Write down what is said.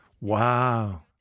Wow